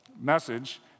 message